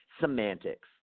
semantics